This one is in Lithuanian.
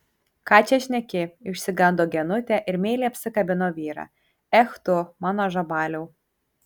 ką čia šneki išsigando genutė ir meiliai apsikabino vyrą ech tu mano žabaliau